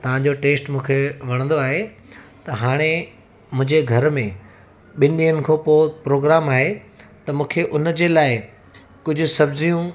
तव्हांजो टेस्ट मूंखे वणंदो आहे त हाणे मुंहिंजे घर में ॿिनि ॾींहनि खां पोइ प्रोग्राम आहे त मूंखे उन जे लाइ कुझु सब्जियूं